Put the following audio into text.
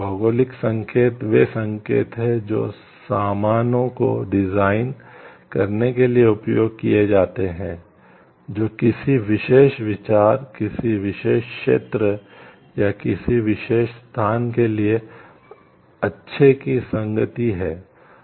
भौगोलिक संकेत वे संकेत हैं जो सामानों को डिजाइन करने के लिए उपयोग किए जाते हैं जो किसी विशेष विचार किसी विशेष क्षेत्र या किसी विशेष स्थान के लिए अच्छे की संगति है